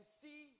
see